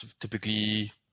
typically